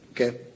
okay